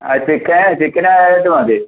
ആ ചിക്ക ചിക്കൻ ആയിട്ട് മതി